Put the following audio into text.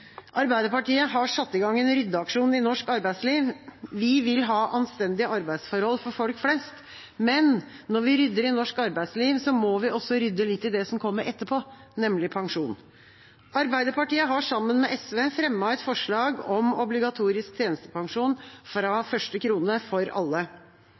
Arbeiderpartiet har satt i gang en ryddeaksjon i norsk arbeidsliv. Vi vil ha anstendige arbeidsforhold for folk flest. Men når vi rydder i norsk arbeidsliv, må vi også rydde litt i det som kommer etterpå – nemlig pensjon. Arbeiderpartiet har sammen med SV fremmet et forslag om obligatorisk tjenestepensjon fra første krone for alle.